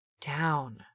down